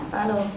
Hello